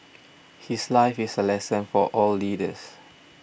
his life is a lesson for all leaders